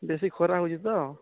ବେଶୀ ଖରା ହେଉଛି ତ